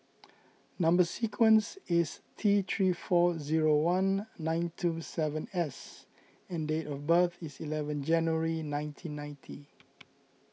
Number Sequence is T three four zero one nine two seven S and date of birth is eleven January nineteen ninety